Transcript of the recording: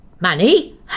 Money